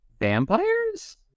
vampires